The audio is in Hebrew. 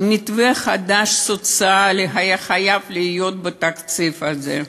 מתווה סוציאלי חדש היה חייב להיות בתקציב הזה.